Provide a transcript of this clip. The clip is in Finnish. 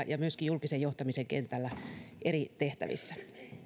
ja myöskin julkisen johtamisen kentällä eri tehtävissä